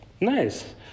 Nice